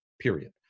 period